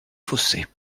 fossés